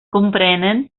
comprenen